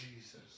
Jesus